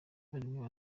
abavandimwe